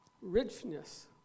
Richness